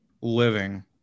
Living